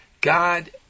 God